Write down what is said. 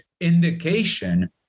indication